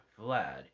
Vlad